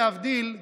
להבדיל,